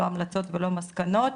לא המלצות ולא מסקנות.